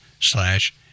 slash